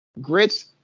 Grits